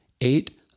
Eight